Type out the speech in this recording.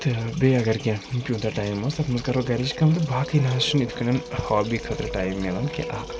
تہٕ بیٚیہِ اگر کیٚنٛہہ تیوٗتاہ ٹایم ٲس تَتھ منٛز کَرو گَرِچ کٲم تہٕ باقٕے نہ حظ چھُنہٕ یِتھ کٔنٮ۪ن ہابی خٲطرٕ ٹایم مِلان کیٚنٛہہ اَکھ